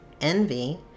envy